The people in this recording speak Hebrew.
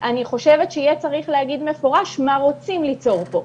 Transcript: אני חושבת שיהיה צריך להגיד מפורש מה רוצים ליצור פה.